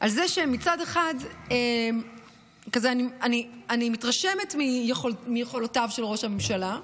על זה שמצד אחד אני מתרשמת מיכולותיו של ראש הממשלה,